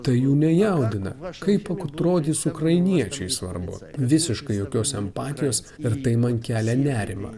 tai jų nejaudina kaip atrodys ukrainiečiai svarbu visiškai jokios empatijos ir tai man kelia nerimą